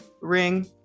ring